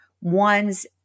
one's